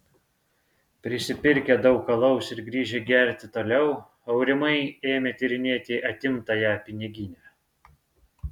prisipirkę daug alaus ir grįžę gerti toliau aurimai ėmė tyrinėti atimtąją piniginę